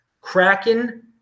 Kraken